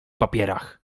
papierach